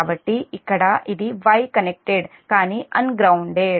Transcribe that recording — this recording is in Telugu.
కాబట్టి ఇక్కడ ఇది Y కనెక్టెడ్ కాని అన్గ్రౌన్దేడ్